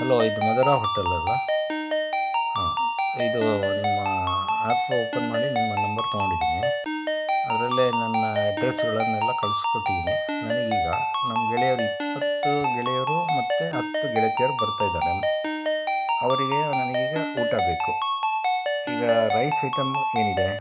hello ಇದು Madhura hotel ಅಲ್ವಾ ಹಾಂ ಸ್ ಇದು ನಿಮ್ಮ ಆ್ಯಪ್ ಓಪನ್ ಮಾಡಿ ನಿಮ್ಮ ನಂಬರ್ ತೊಗೊಂಡಿದ್ದೀನಿ ಅದರಲ್ಲೇ ನನ್ನ ಅಡ್ರೆಸ್ಗಳನ್ನೆಲ್ಲ ಕಳ್ಸಿಕೊಟ್ಟಿದ್ದೀನಿ ನನಗೆ ಈಗ ನಮ್ಮ ಗೆಳೆಯರು ಇಪ್ಪತ್ತು ಗೆಳೆಯರು ಮತ್ತು ಹತ್ತು ಗೆಳತಿಯರು ಬರ್ತಾ ಇದ್ದಾರೆ ಅವರಿಗೆ ನನಗೀಗ ಊಟ ಬೇಕು ಈಗ ರೈಸ್ ಐಟಮ್ಮು ಏನಿದೆ